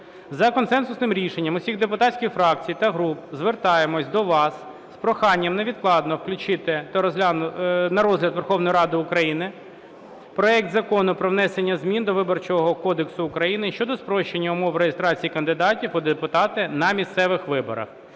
"За консенсусним рішенням усіх депутатських фракцій та груп звертаємось до вас з проханням невідкладно включити на розгляд Верховної Ради України проект Закону про внесення змін до Виборчого кодексу України щодо спрощення умов реєстрації кандидатів у депутати на місцевих виборах